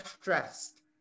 stressed